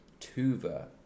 Tuva